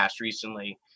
recently